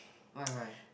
why why